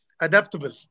adaptable